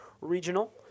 regional